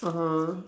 (uh huh)